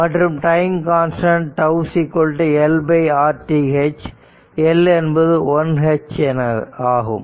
மற்றும் time constant τ LRth L என்பது 1 H ஆகும்